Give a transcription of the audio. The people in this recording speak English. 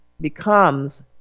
becomes